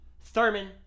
Thurman